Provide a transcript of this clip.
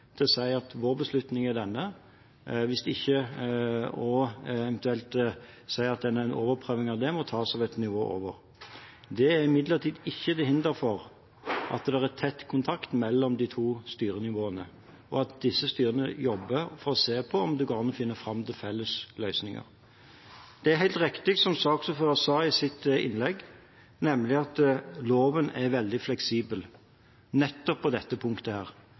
til å si at vår beslutning er denne, og eventuelt si at en overprøving av det må tas på et nivå over. Det er imidlertid ikke til hinder for at det er tett kontakt mellom de to styrenivåene, og at disse styrene jobber for å se på om det går an å finne fram til felles løsninger. Det er helt riktig som saksordføreren sa i sitt innlegg, nemlig at loven er veldig fleksibel nettopp på dette punktet.